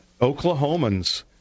Oklahomans